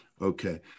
Okay